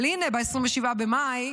אבל הינה, ב-27 במאי,